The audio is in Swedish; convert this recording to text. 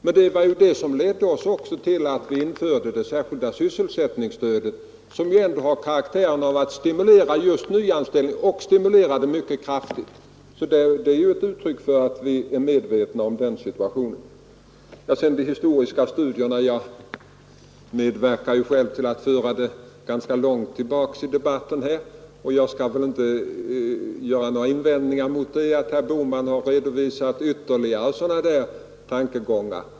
Men det var ju detta som ledde oss till att införa det särskilda sysselsättningsstödet, som ändå har karaktären att mycket kraftigt stimulera nyanställningar. Så några ord om de historiska studierna. Jag medverkade ju själv till att föra dem ganska långt tillbaka i debatten och jag skall väl inte göra några invändningar mot att herr Bohman redovisat än mera av sådana tankegångar.